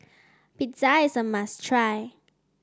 pizza is a must try